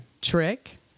Trick